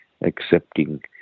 accepting